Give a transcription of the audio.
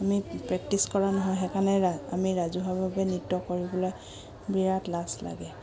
আমি প্ৰেক্টিছ কৰা নহয় সেইকাৰণে আমি ৰাজহুৱাভাৱে নৃত্য কৰিবলৈ বিৰাট লাজ লাগে